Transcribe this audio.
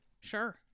Sure